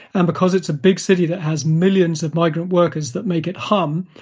and because it's a big city that has millions of migrant workers that make it hum,